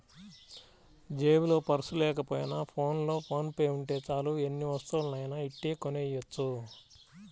జేబులో పర్సు లేకపోయినా ఫోన్లో ఫోన్ పే ఉంటే చాలు ఎన్ని వస్తువులనైనా ఇట్టే కొనెయ్యొచ్చు